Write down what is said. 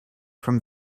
from